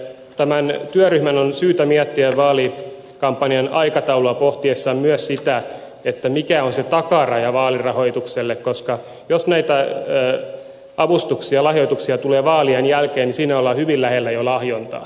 tämän työryhmän on syytä miettiä vaalikampanjan aikataulua pohtiessaan myös sitä mikä on takaraja vaalirahoitukselle koska jos näitä avustuksia lahjoituksia tulee vaalien jälkeen niin siinä ollaan hyvin lähellä jo lahjontaa